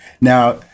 Now